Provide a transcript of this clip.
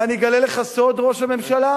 ואני אגלה לך סוד, ראש הממשלה,